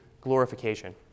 glorification